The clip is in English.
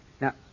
Now